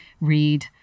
read